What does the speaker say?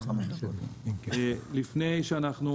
לפני שאנחנו